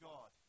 God